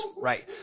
Right